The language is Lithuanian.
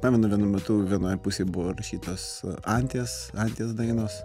pamenu vienu metu vienoje pusėje buvo įrašytas anties anties dainos